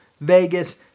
Vegas